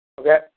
Okay